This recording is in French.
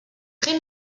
très